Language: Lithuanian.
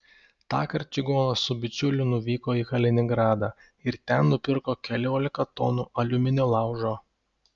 tąkart čigonas su bičiuliu nuvyko į kaliningradą ir ten nupirko keliolika tonų aliuminio laužo